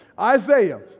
Isaiah